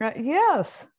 Yes